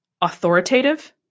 authoritative